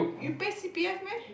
you pay c_p_f meh